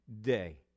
day